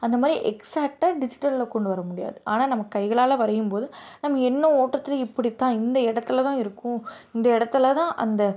அந்தமாதிரி எக்ஸாட்டாக டிஜிட்டல்ல கொண்டு வர முடியாது ஆனால் நம்ம கைகளால் வரையும்போது நம்ம எண்ணம் ஓட்டத்தில் இப்படிதான் இந்த இடத்துலதான் இருக்கும் இந்த இடத்துலதான் அந்த